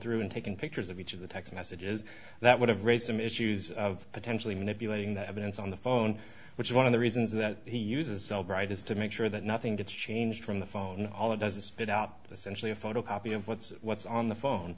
through and taken pictures of each of the text messages that would have raised some issues of potentially manipulating the evidence on the phone which one of the reasons that he uses albright is to make sure that nothing to change from the phone all it does is put out this initially a photocopy of what's what's on the phone